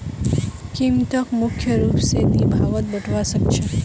कीमतक मुख्य रूप स दी भागत बटवा स ख छ